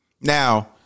Now